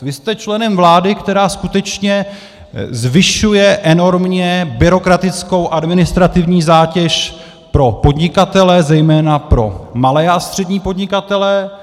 Vy jste členem vlády, která skutečně zvyšuje enormně byrokratickou administrativní zátěž pro podnikatele, zejména pro malé a střední podnikatele.